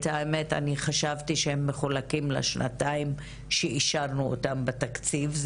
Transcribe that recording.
האמת שחשבתי שהם מחולקים לשנתיים שאישרנו אותם בתקציב.